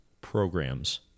programs